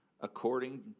according